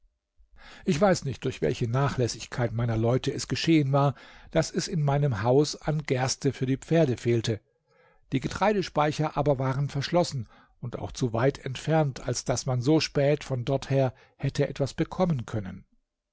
ich weiß nicht durch welche nachlässigkeit meiner leute es geschehen war daß es in meinem hause an gerste für die pferd fehlte die getreidespeicher aber waren verschlossen und auch zu weit entfernt als daß man so spät von dorther hätte etwas bekommen können